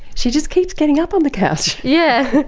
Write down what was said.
she just keeps getting up on the couch. yeah.